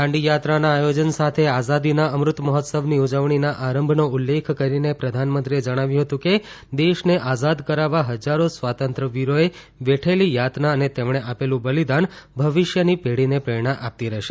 દાંડીયાત્રાના આયોજન સાથે આઝાદીના અમૃત મહોત્સવની ઉજવણીના આરંભનો ઉલ્લેખ કરીને પ્રધાનમંત્રીએ જણાવ્યું હતું કે દેશને આઝાદ કરાવવા હજ્જારો સ્વાતંત્ર્યવીરોએ વેઠેલી યાતના અને તેમણે આપેલું બલિદાન ભવિષ્યની પેઢીને પ્રેરણા આપતી રહેશે